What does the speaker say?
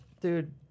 dude